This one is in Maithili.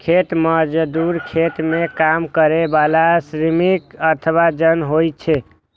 खेत मजदूर खेत मे काम करै बला श्रमिक अथवा जन होइ छै